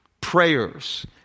prayers